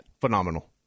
Phenomenal